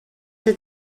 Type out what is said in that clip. that